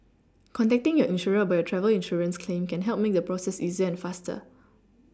contacting your insurer about your travel insurance claim can help make the process easier and faster